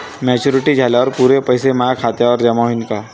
Maturity झाल्यावर पुरे पैसे माया खात्यावर जमा होईन का?